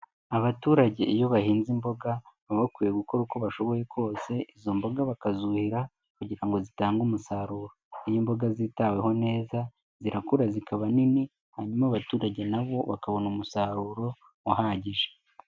Abaturage iyo bahinze imboga baba bakwiye gukora uko bashoboye kose izo mboga bakazuhira, kugira ngo zitange umusaruro. Iyo imboga zitaweho neza zirakura zikaba nini hanyuma abaturage nabo, bakabona umusaruro uhagije.